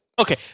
Okay